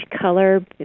color